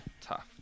Tough